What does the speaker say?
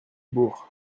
bourg